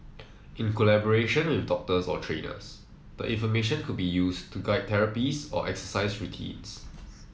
in collaboration with doctors or trainers the information could be used to guide therapies or exercise routines